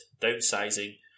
Downsizing